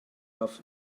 off